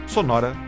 Sonora